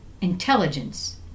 intelligence